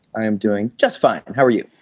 i am doing just fine. how are you?